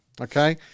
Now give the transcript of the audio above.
Okay